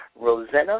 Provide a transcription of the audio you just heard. Rosanna